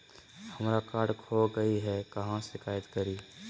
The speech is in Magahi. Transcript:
हमरा कार्ड खो गई है, कहाँ शिकायत करी?